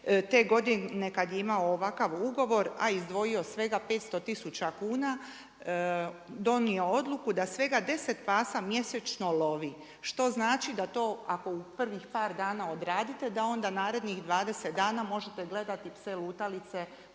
te godine kad je imao ovakav ugovor, a izdvojio svega 500000 kuna, donio odluku, da svega 10 pasa mjesečno lovi. Što znači da ako to u prvih par dna odradite, da onda narednih 20 dana možete gledati pse lutalice